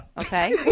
Okay